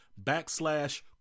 backslash